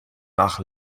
nach